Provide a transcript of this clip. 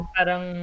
Parang